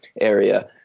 area